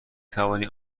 توانی